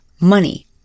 money